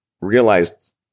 realized